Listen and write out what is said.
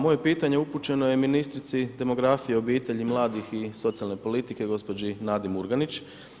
Moje pitanje upućeno je ministrici demografije, obitelji, mladih i socijalne politike gospođi Nadi Murganić.